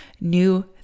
new